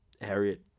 Harriet